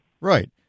Right